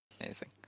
Amazing